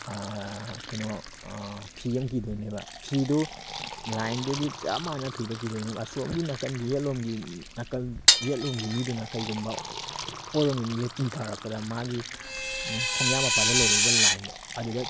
ꯀꯩꯅꯣ ꯐꯤ ꯑꯃ ꯀꯤꯗꯣꯏꯅꯦꯕ ꯐꯤꯗꯨ ꯂꯥꯏꯟꯗꯨꯒꯤ ꯆꯞ ꯃꯥꯟꯅ ꯐꯤꯗꯨ ꯀꯤꯗꯣꯏꯅꯦꯕ ꯑꯁꯣꯝꯒꯤ ꯅꯥꯀꯜꯒꯤ ꯌꯦꯠ ꯂꯣꯝꯒꯤ ꯅꯥꯀꯜ ꯌꯦꯠꯂꯣꯝꯒꯤ ꯃꯤꯗꯨꯅ ꯀꯩꯒꯨꯝꯕ ꯑꯣꯏꯔꯣꯝꯒꯤꯗ ꯆꯤꯡꯊꯔꯛꯄꯗ ꯃꯥꯒꯤ ꯈꯣꯡꯌꯥ ꯃꯄꯥꯗ ꯂꯩꯔꯤꯕ ꯂꯥꯏꯟꯗꯣ ꯑꯗꯨꯗ